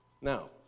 Now